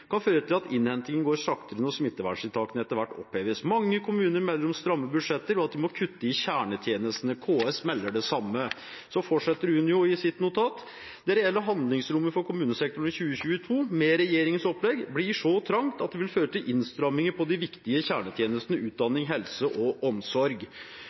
kan føre til at innhentingen går saktere når smitteverntiltakene etter hvert oppheves. Mange kommuner melder om stramme budsjetter og at de må kutte i kjernetjenestene. KS melder det samme.» Så fortsetter Unio: «Det reelle handlingsrommet for kommunesektoren i 2022 med regjeringens opplegg blir så trangt at det vil føre til innstramminger på de viktige kjernetjenestene utdanning, helse og omsorg.»